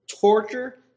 Torture